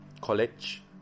college